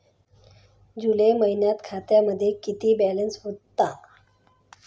जुलै महिन्यात खात्यामध्ये किती बॅलन्स होता?